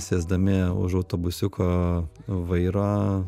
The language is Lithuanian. sėsdami už autobusiuko vairo